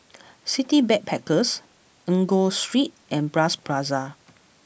City Backpackers Enggor Street and Bras Basah